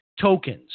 tokens